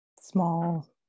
small